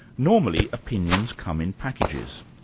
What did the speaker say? normally opinions come in packages.